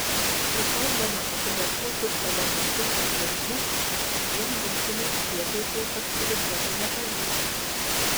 kai kalbama apie retuosius elementus aplink mus vien buitiniais prietaisais apsiriboti nepavyks